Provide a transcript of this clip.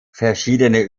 verschiedene